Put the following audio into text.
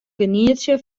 genietsje